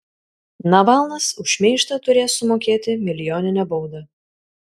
navalnas už šmeižtą turės sumokėti milijoninę baudą